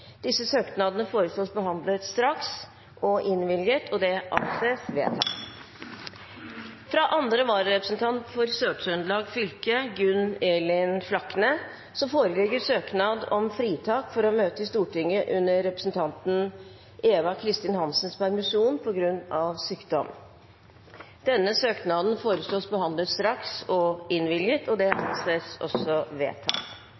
Søknadene behandles straks og innvilges. – Det anses vedtatt. Fra andre vararepresentant for Sør-Trøndelag fylke, Gunn Elin Flakne, foreligger søknad om fritak for å møte i Stortinget under representanten Eva Kristin Hansens permisjon på grunn av sykdom. Etter forslag fra presidenten ble enstemmig besluttet: Søknaden behandles straks og